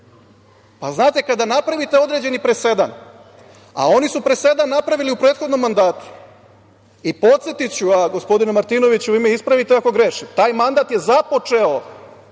znate, kada napravite određeni presedan, a oni su presedan napravili u prethodnom mandatu i podsetiću vas, gospodine Martinoviću, vi me ispravite ako grešim, taj mandat je započeo